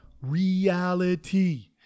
Reality